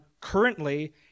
currently